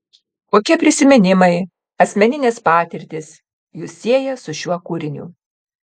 kokie prisiminimai asmeninės patirtys jus sieja su šiuo kūriniu